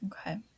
Okay